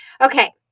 okay